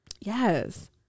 Yes